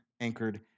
anchored